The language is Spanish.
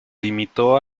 limitó